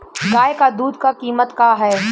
गाय क दूध क कीमत का हैं?